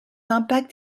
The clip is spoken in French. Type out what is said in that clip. impacts